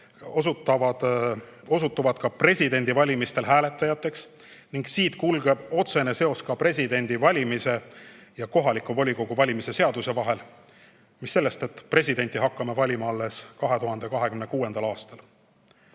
osutuvad ka presidendi valimisel hääletajateks ning siit kulgeb otsene seos presidendi valimise ja kohaliku volikogu valimise seaduse vahel. Mis sellest, et presidenti hakkame valima alles 2026. aastal.